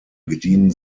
bedienen